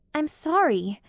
i'm sorry.